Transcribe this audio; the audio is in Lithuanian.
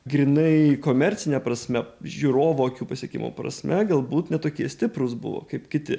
grynai komercine prasme žiūrovo akių pasiekimo prasme galbūt ne tokie stiprūs buvo kaip kiti